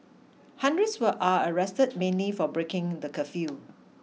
hundreds were are arrested mainly for breaking the curfew